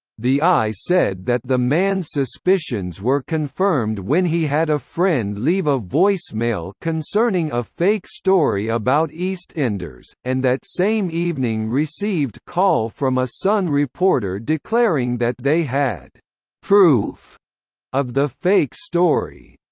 the eye said that the man's suspicions were confirmed when he had a friend leave a voicemail concerning a fake story about eastenders, and that same evening received call from a sun reporter declaring that they had proof of the fake story.